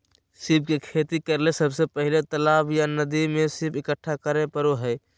सीप के खेती करेले सबसे पहले तालाब या नदी से सीप इकठ्ठा करै परो हइ